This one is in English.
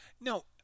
no